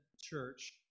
church